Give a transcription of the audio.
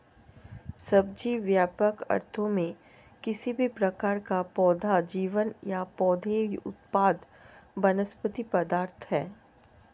सब्जी, व्यापक अर्थों में, किसी भी प्रकार का पौधा जीवन या पौधे उत्पाद वनस्पति पदार्थ है